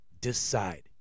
decide